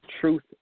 truth